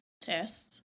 test